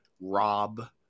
Rob